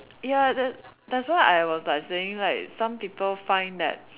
ya that that's why I was like saying like some people find that